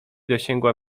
dosięgła